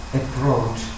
approach